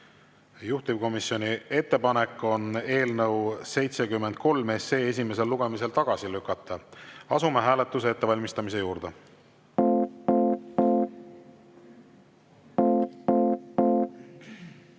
Juhtivkomisjoni ettepanek on eelnõu 73 esimesel lugemisel tagasi lükata. Asume hääletamise ettevalmistamise juurde.